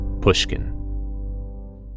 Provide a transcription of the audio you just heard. pushkin